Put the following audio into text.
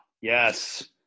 yes